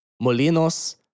molinos